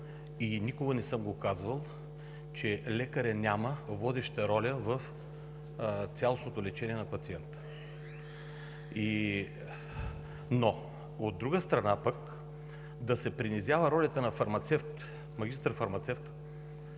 и никога не съм го казвал, че лекарят няма водеща роля в цялостното лечение на пациента. Но, от друга страна пък, да се принизява ролята на магистър-фармацевта,